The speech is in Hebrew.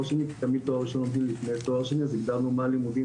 שני כי תמיד תואר ראשון נותנים לפני תואר שני אז הגדרנו מה הלימודים